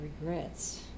regrets